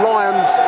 Lions